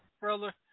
brother